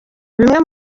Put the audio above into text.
bimwe